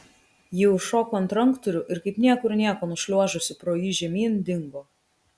ji užšoko ant ranktūrių ir kaip niekur nieko nušliuožusi pro jį žemyn dingo